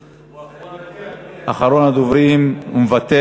הוא מוותר.